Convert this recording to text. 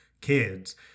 kids